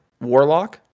warlock